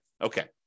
Okay